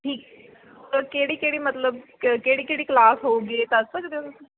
ਠੀਕ ਕਿਹੜੀ ਕਿਹੜੀ ਮਤਲਬ ਕ ਕਿਹੜੀ ਕਿਹੜੀ ਕਲਾਸ ਹੋਊਗੀ ਦੱਸ ਸਕਦੇ ਹੋ ਤੁਸੀਂ